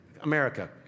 America